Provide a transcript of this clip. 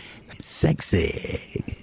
Sexy